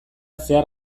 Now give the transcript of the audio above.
zehar